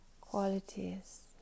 qualities